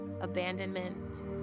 Abandonment